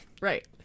Right